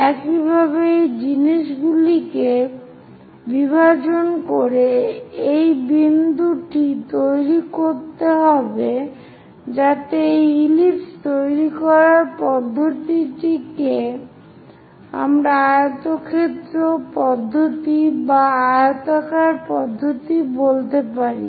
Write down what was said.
একইভাবে এই জিনিসগুলিকে বিভাজন করে এই বিন্দুটি তৈরি করতে হবে যাতে এই ইলিপস তৈরি করার পদ্ধতিকে আমরা আয়তক্ষেত্র পদ্ধতি বা এই আয়তাকার পদ্ধতি বলতে পারি